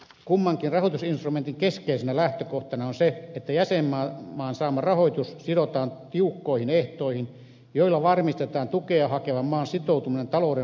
kummankin rahoitusinstrumentin keskeisenä lähtökohta on se että jäsenmaan saama rahoitus sidotaan tiukkoihin ehtoihin joilla varmistetaan tukea hakevan maan sitoutuminen talouden vakautusohjelmaan